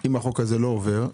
אם החוק הזה לא עובר,